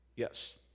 yes